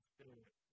Spirit